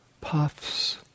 puffs